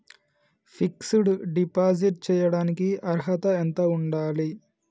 Fix డ్ deposit చేయటానికి అర్హత ఎంత ఉండాలి?